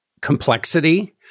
complexity